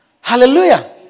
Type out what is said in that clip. Hallelujah